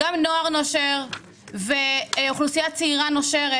גם נוער נושר ואוכלוסייה צעירה נושרת